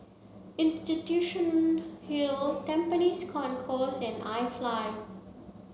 Institution Hill Tampines Concourse and iFly